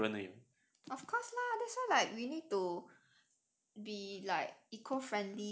of course lah that's why we like need to be like eco-friendly